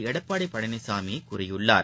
எடப்பாடிபழனிசாமிகூறியுள்ளார்